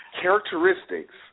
characteristics